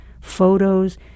photos